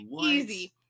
Easy